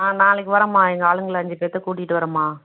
ஆ நாளைக்கு வரோம்மா எங்கள் ஆளுங்களை அஞ்சு பேர்த்த கூட்டிகிட்டு வரோம்மா